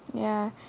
ya